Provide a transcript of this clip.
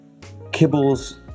kibbles